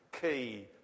key